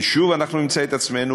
ושוב אנחנו נמצא את עצמנו,